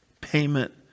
payment